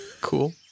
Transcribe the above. Cool